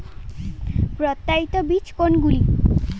প্রত্যায়িত বীজ কোনগুলি?